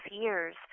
years